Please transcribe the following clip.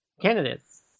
candidates